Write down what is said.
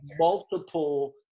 multiple